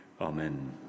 Amen